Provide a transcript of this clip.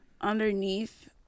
underneath